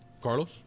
Carlos